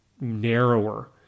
narrower